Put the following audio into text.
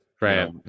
right